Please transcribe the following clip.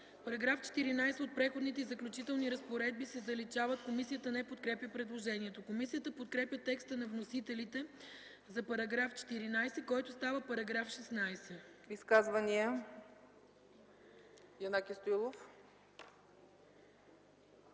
–§ 15 от Преходните и заключителните разпоредби се заличава. Комисията не подкрепя предложението. Комисията подкрепя текста на вносителя за § 15, който става § 17.